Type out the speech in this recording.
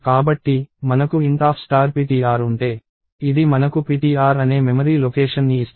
కాబట్టి మనకు int ptr ఉంటే ఇది మనకు ptr అనే మెమరీ లొకేషన్ ని ఇస్తుంది